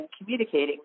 communicating